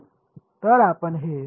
तर आपण हे आत्तासाठी बाजूला ठेवू